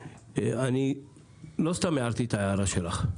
אני לא סתם הערתי את ההערה שלך.